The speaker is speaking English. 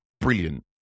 brilliant